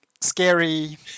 scary